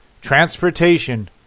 transportation